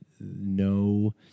no